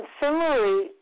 similarly